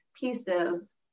pieces